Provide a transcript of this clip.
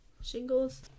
shingles